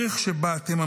ראויים לא רק לתודות,